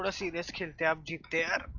but see this kind of jeep that